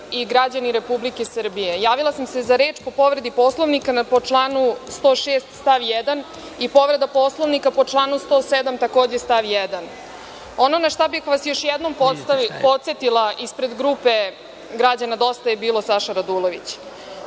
i građani Republike Srbije, javila sam se za reč po povredi Poslovnika, po članu 106. stav 1. i povreda Poslovnika po članu 107. takođe stav 1.Ono na šta bih vas još jednom podsetila ispred grupe građana Dosta je bilo – Saša Radulović,